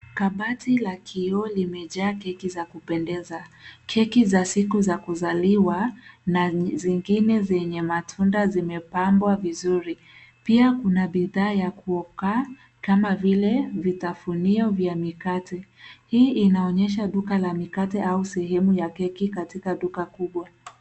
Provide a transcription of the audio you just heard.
Kabati la kioo limejaa keki za kupendeza. Keki za siku za kuzaliwa, na zingine zenye matunda zimepambwa vizuri. Pia kuna bidhaa ya kuoka, kama vile, vitafunio vya mikate. Hii inaonyesha duka la mikate au sehemu ya keki katika duka kubwa.